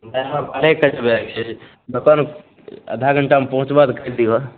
ओहएसब पछुआएल छै ने देखऽ ने आधा घंटामे पहुँचबऽ तऽ कैरि दिहऽ